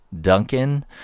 Duncan